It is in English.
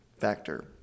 factor